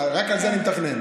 רק על זה אני מתכנן.